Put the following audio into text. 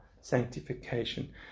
sanctification